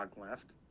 left